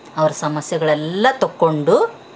ಅವ್ರ ಸಮಸ್ಯೆಗಳೆಲ್ಲಾ ತೊಕ್ಕೊಂಡು